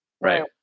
right